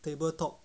table top